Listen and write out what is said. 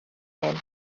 hyn